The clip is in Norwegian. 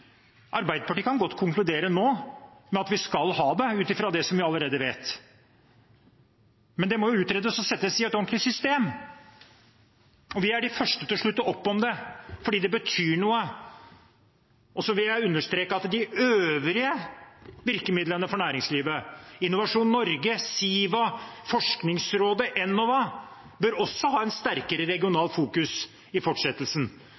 Arbeiderpartiet kan godt konkludere nå med at vi skal ha det, ut fra det vi allerede vet, men det må utredes og settes i et ordentlig system. Vi er de første til å slutte opp om det fordi det betyr noe. Jeg vil understreke at de øvrige virkemidlene for næringslivet – Innovasjon Norge, Siva, Forskningsrådet, Enova – også bør ha et sterkere regionalt fokus i fortsettelsen.